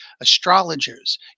astrologers